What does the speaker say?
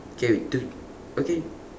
character okay